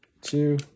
two